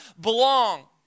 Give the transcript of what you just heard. belong